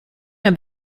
mehr